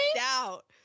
out